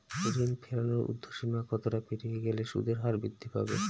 ঋণ ফেরানোর উর্ধ্বসীমা কতটা পেরিয়ে গেলে সুদের হার বৃদ্ধি পাবে?